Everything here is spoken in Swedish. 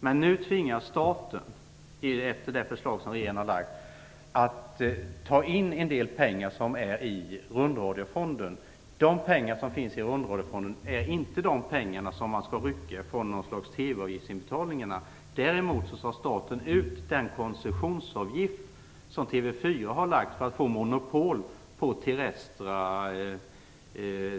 Nu tvingas staten, enligt det förslag som regeringen har lagt fram, att ta in en del pengar från rundradiofonden. De pengar som finns i rundradiofonden är inte pengar som rycks från TV-avgiftsinbetalningarna. Däremot tar staten ut den koncessionsavgift som TV 4 har lagt för att få monopol på terrestra